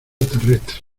terrestre